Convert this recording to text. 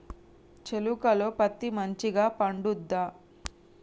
చేలుక లో పత్తి మంచిగా పండుద్దా?